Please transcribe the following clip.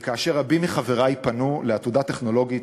וכאשר רבים מחברי פנו לעתודה טכנולוגית